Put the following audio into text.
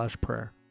prayer